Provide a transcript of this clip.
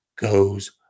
goes